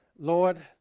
Lord